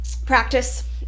practice